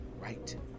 right